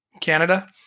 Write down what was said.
canada